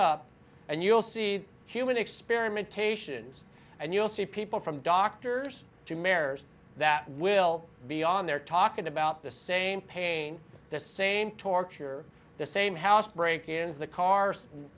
up and you'll see human experimentation and you'll see people from doctors to mares that will be on there talking about the same pain the same torture the same house break ins the car vand